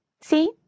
See